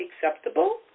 acceptable